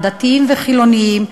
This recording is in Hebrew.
דתיים וחילונים,